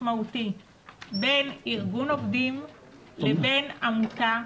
משמעותי בין ארגון עובדים לבין עמותה.